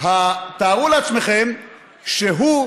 תארו לעצמכם שהוא,